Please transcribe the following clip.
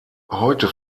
heute